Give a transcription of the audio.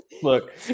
look